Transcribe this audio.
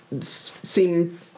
seem